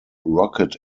rocket